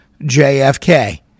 JFK